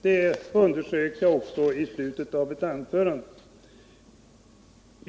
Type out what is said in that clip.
Det underströk jag också i slutet av mitt anförande.